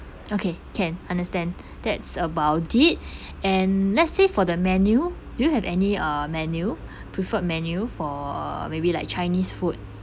okay can understand that's about it and let's say for the menu do you have any uh menu preferred menu for maybe like chinese food